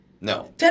No